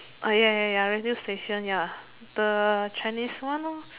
ah ya ya ya radio station ya the Chinese one lor